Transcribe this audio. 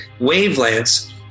wavelengths